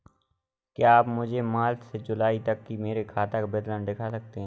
क्या आप मुझे मार्च से जूलाई तक की मेरे खाता का विवरण दिखा सकते हैं?